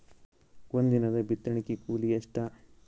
ಒಂದಿನದ ಬಿತ್ತಣಕಿ ಕೂಲಿ ಎಷ್ಟ?